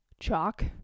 chalk